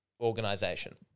organization